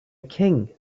king